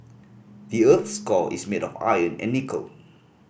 the earth's core is made of iron and nickel